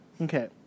Okay